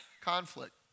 conflict